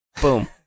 boom